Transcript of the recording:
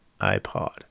iPod